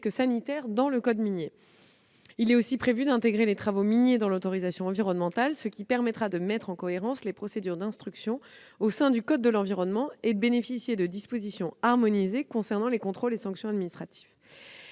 sanitaires dans le code minier. Il est aussi prévu d'inclure les travaux miniers dans l'autorisation environnementale, ce qui permettra de mettre en cohérence les procédures d'instruction au sein du code de l'environnement et de bénéficier de dispositions harmonisées concernant les contrôles et sanctions administratifs.